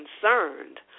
concerned